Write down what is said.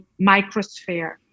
microsphere